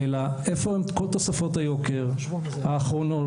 אלא איפה כל תוספות היוקר האחרונות,